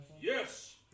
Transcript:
Yes